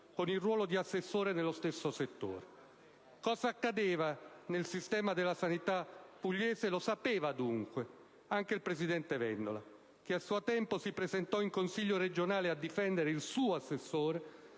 con il ruolo di assessore nello stesso settore. Cosa accadeva nel sistema della sanità pugliese lo sapeva, dunque, anche il presidente Vendola, che a suo tempo si presentò in Consiglio regionale a difendere il suo assessore,